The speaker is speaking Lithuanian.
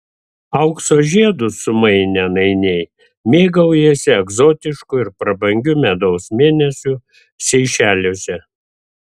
aukso žiedus sumainę nainiai mėgaujasi egzotišku ir prabangiu medaus mėnesiu seišeliuose